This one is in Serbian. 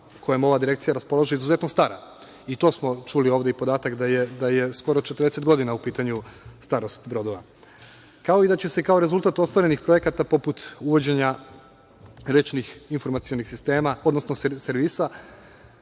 kojom ova direkcija raspolaže izuzetno stara. Čuli smo ovde podatak da je skoro 40 godina u pitanju starost brodova, kao i da će se kao rezultat ostvarenih projekata, poput uvođenja rečnih informacionih sistema, odnosno servisa,